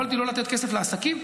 יכולתי לא לתת כסף לעסקים?